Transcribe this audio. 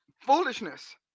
Foolishness